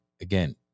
again